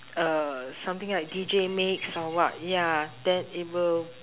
uh something like D_J mix or what ya then it will